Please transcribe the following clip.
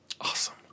Awesome